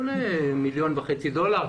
מיליון וחצי דולר?